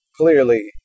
clearly